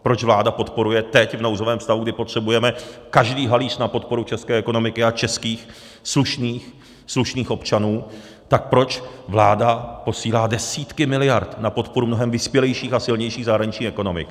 Proč vláda podporuje teď v nouzovém stavu, kdy potřebujeme každý halíř na podporu české ekonomiky a českých slušných občanů, tak proč vláda posílá desítky miliard na podporu mnohem vyspělejších a silnějších zahraničních ekonomik?